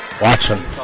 Watson